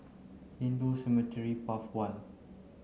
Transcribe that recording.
Hindu Cemetery Path one